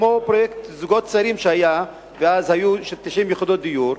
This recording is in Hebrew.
כמו פרויקט זוגות צעירים של 90 יחידות דיור,